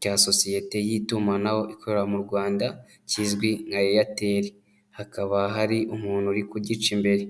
cya sosiyete y'itumanaho ikorera mu rwanda izwi nka Airtel. hakaba hari umuntu uri kugica imbere.